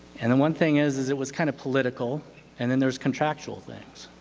and the one thing is is it was kind of political and then there was contractual things.